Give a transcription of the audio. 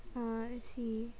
uh let's see